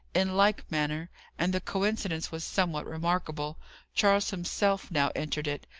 in like manner and the coincidence was somewhat remarkable charles himself now entered it,